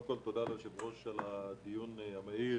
קודם כל, תודה ליושב ראש על הדיון המהיר.